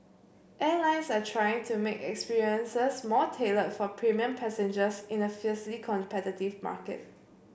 airlines are trying to make experiences more tailored for premium passengers in a fiercely competitive market